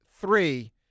three